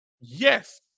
Yes